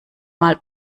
mal